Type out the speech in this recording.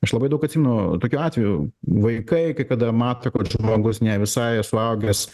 aš labai daug atsimenu tokių atvejų vaikai kai kada mato kad žmogus ne visai suaugęs